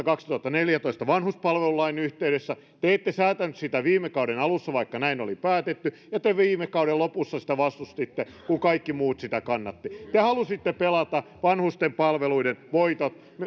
kaksituhattaneljätoista vanhuspalvelulain yhteydessä te ette säätäneet sitä viime kauden alussa vaikka näin oli päätetty ja te viime kauden lopussa sitä vastustitte kun kaikki muut sitä kannattivat te halusitte pelata vanhusten palveluiden voitot